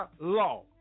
law